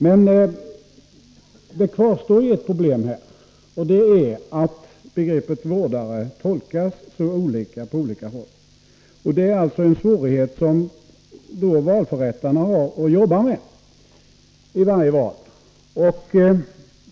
Men det kvarstår ett problem, nämligen att begreppet vårdare tolkas så olika på skilda håll. Det är en svårighet som valförrättarna har att jobba med vid varje val.